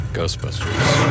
Ghostbusters